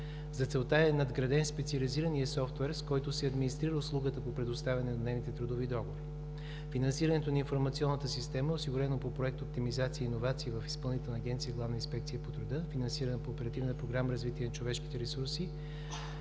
За целта е надграден специализираният софтуер, с който се администрира услугата по предоставяне на еднодневните трудови договори. Финансирането на информационната система е осигурено по проект „Оптимизация и иновация“ в Изпълнителна агенция „Главна инспекция по труда“, финансирана по Оперативна програма „Развитие на човешките ресурси“,